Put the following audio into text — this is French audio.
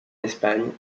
espagne